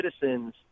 citizens